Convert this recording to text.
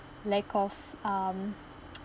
lack of um